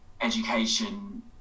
education